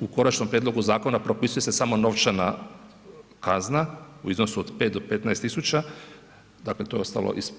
U konačnom prijedlogu zakona propisuje se samo novčana kazna u iznosu od 5 do 15.000, dakle to je ostalo iz